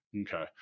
Okay